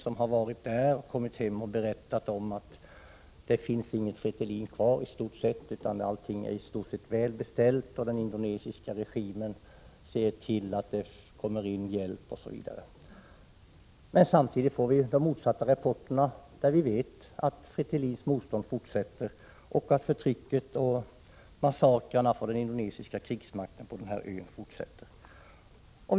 De har varit där, kommit hem och berättat att det inte finns något Fretilin kvar utan att allting i stort sett är väl beställt, att den indonesiska regimen ser till att det kommer in hjälp, osv. Men samtidigt får vi motsatta rapporter, och vi vet att Fretilins motstånd fortsätter, att förtrycket och massakrerna från den indonesiska krigsmaktens sida på den här ön fortsätter.